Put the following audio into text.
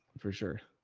for sure.